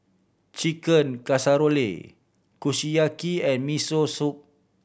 Chicken Casserole Kushiyaki and Miso Soup